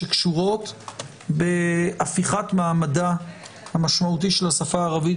שקשורות בהפיכת מעמדה המשמעותי של השפה הערבית